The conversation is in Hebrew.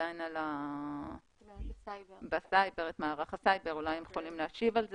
את מערך הסייבר, אולי הם יכולים להשיב על זה.